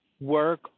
work